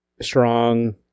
strong